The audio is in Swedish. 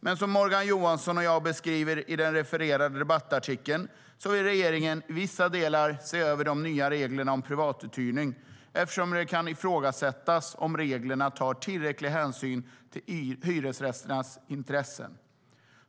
Men som Morgan Johansson och jag beskriver i den refererade debattartikeln vill regeringen i vissa delar se över de nya reglerna om privatuthyrning eftersom det kan ifrågasättas om reglerna tar tillräcklig hänsyn till hyresgästernas intressen.